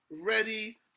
Ready